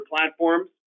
platforms